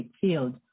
field